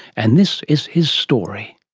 and this is his story.